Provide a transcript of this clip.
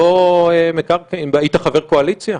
והיית חבר קואליציה?